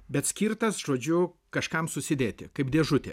bet skirtas žodžiu kažkam susidėti kaip dėžutė